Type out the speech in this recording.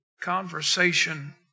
conversation